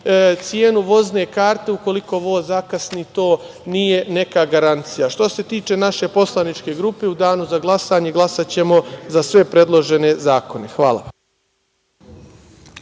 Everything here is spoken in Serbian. cenu vozne karte ukoliko voz zakasni to nije neka garancija. Što se tiče naše poslaničke grupe, u danu za glasanje glasaćemo za sve predložene zakone. Hvala.